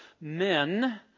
men